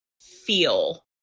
feel